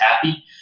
happy